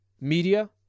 media